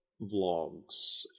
vlogs